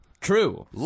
true